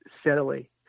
steadily